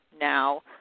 now